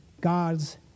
God's